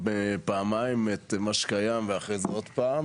פעמיים את מה שקיים ואחרי זה עוד פעם,